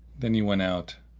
then he went out,